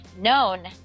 known